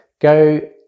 Go